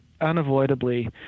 unavoidably